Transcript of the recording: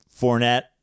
Fournette